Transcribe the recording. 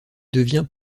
devient